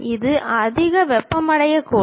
இது அதிக வெப்பமடையக்கூடும்